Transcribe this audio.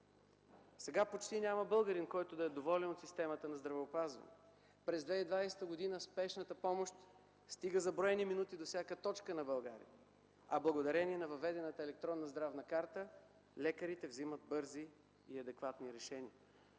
Сега почти няма българин, който да е доволен от системата на здравеопазване. През 2020 г. спешната помощ стига за броени минути до всяка точка на България, а благодарение на въведената електронна здравна карта лекарите вземат бързи и адекватни решения.